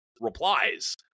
replies